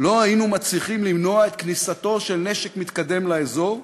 לא היינו מצליחים למנוע את כניסתו של נשק מתקדם לאזור.